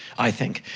i think.